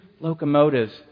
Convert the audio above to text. locomotives